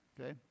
Okay